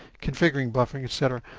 configuring buffering, etc.